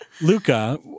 Luca